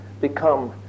become